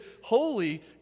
holy